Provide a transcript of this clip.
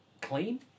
clean